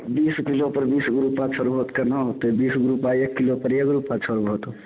बीस किलो पर बीस गो रूपा छोरबहो तऽ केना होयतै बीस गो रूपा एक किलो पर एगो रूपा छोड़बहो तो